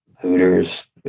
Hooters